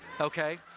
Okay